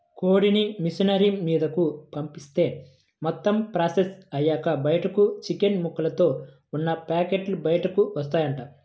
కోడిని మిషనరీ మీదకు పంపిత్తే మొత్తం ప్రాసెస్ అయ్యాక బయటకు చికెన్ ముక్కలతో ఉన్న పేకెట్లు బయటకు వత్తాయంట